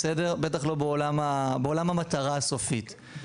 בטח לא בעולם המטרה הסופית.